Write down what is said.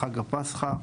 חג הפסחא.